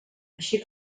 així